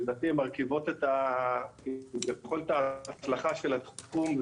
שלדעתי מרכיבים את ההצלחה של התחום,